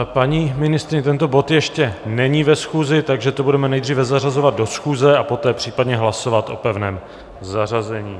Paní ministryně, tento bod ještě není ve schůzi, takže to budeme nejdříve zařazovat do schůze a poté případně hlasovat o pevném zařazení.